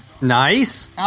Nice